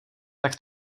tak